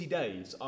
days